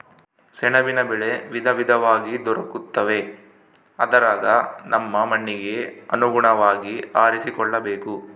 ಸೆಣಬಿನ ಬೆಳೆ ವಿವಿಧವಾಗಿ ದೊರಕುತ್ತವೆ ಅದರಗ ನಮ್ಮ ಮಣ್ಣಿಗೆ ಅನುಗುಣವಾಗಿ ಆರಿಸಿಕೊಳ್ಳಬೇಕು